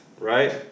Right